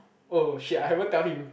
oh shit I haven't tell him